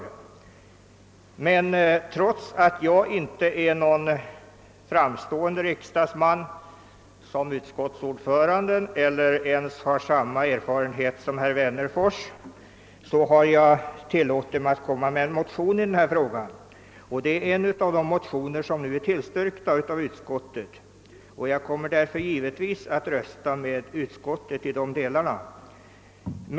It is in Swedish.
Jag har, trots att jag inte är en lika framstående riksdagsman som utskottsordföranden eller ens har samma erfarenhet som herr Wennerfors, tillåtit mig att väcka en motion i denna fråga. Denna motion tillhör dem som nu har tillstyrkts av utskottet, och jag kommer därför givetvis att i detta avseende rösta för utskottets hemställan.